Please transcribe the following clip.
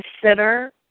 consider